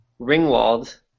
Ringwald